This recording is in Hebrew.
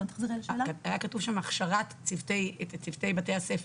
היה כתוב שם הכשרת צוותי בתי הספר.